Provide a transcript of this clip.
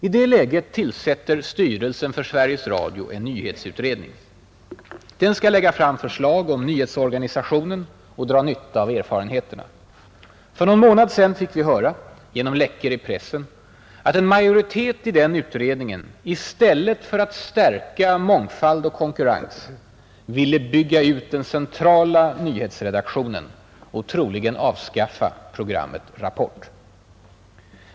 I det läget tillsätter styrelsen för Sveriges Radio en nyhetsutredning. Den skall lägga fram förslag om nyhetsorganisationen och dra nytta av erfarenheterna. För någon månad sedan fick vi höra genom läckor i pressen att en majoritet i den utredningen i stället för att stärka mångfald och konkurrens ville bygga ut den centrala nyhetsredaktionen och troligen avskaffa programmet Rapport.